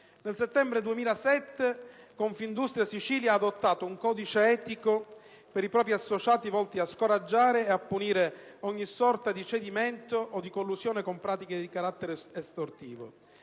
Nel settembre 2007 Confindustria Sicilia ha adottato un codice etico per i propri associati volto a scoraggiare e a punire ogni sorta di cedimento o di collusione con pratiche di carattere estorsivo.